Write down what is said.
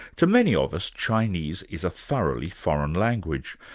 to many of us, chinese is a thoroughly foreign language,